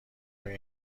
روی